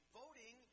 voting